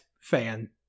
fan